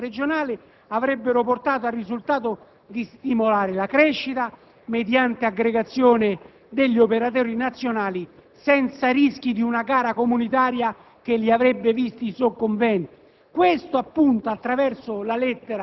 con le normative di settore e di competenza regionale, avrebbero portato al risultato di stimolare la crescita mediante aggregazione degli operatori nazionali, senza rischi di una gara comunitaria che li avrebbe visti soccombenti.